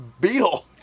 beetle